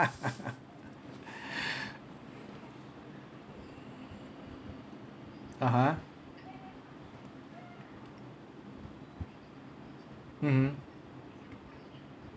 (uh huh) mmhmm